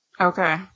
Okay